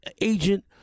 agent